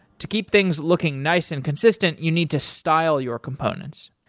to keep things looking nice and consistent, you need to style your components.